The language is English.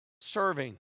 Serving